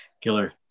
killer